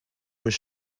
was